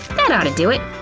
that oughta do it!